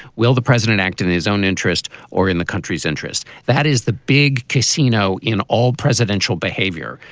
will the president act in his own interest or in the country's interest? that is the big casino in all presidential behavior.